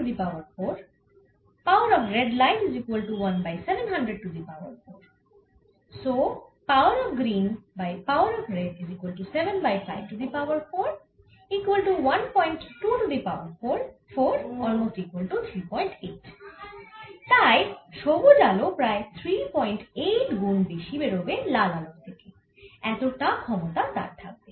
তাই সবুজ আলো প্রায় 38 গুন বেশি বেরোবে লাল আলোর থেকে এত টা ক্ষমতা তার থাকবে